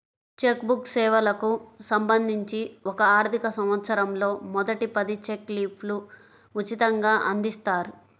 check book సేవలకు సంబంధించి ఒక ఆర్థికసంవత్సరంలో మొదటి పది చెక్ లీఫ్లు ఉచితంగ అందిస్తారు